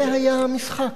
זה היה המשחק.